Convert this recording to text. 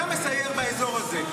אתה מסייר באזור הזה.